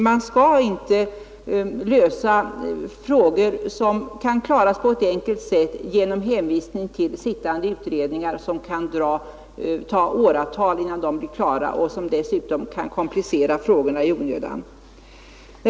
Man skall inte lösa frågor, som kan klaras på ett enkelt sätt, genom hänvisning till sittande utredningar, vilkas arbete kan ta åratal och som dessutom kan komplicera frågorna i onödan.